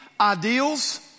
ideals